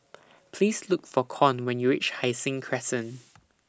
Please Look For Con when YOU REACH Hai Sing Crescent